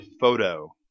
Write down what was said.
photo